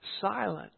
silent